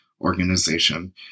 organization